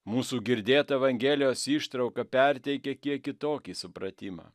mūsų girdėta evangelijos ištrauka perteikia kiek kitokį supratimą